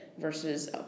versus